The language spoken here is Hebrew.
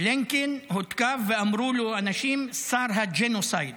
בלינקן הותקף, ואמרו לו אנשים: שר הג'נוסייד.